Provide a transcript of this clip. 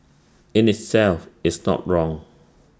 in itself is not wrong